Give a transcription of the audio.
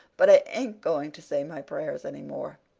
but i ain't going to say my prayers any more.